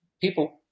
people